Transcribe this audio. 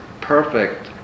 perfect